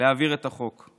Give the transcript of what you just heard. להעביר את החוק.